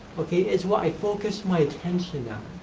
okay, it's what i focus my attention on.